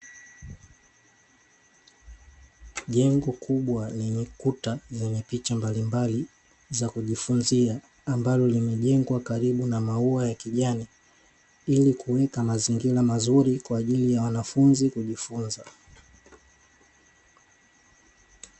Jengo kubwa lenye kuta zenye picha mbalimbali za kujifunzia, ambalo limejengwa karibu na maua ya kijani, limeweka mazingira mazuri kwa ajili ya wanafunzi kujifunzia.